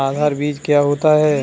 आधार बीज क्या होता है?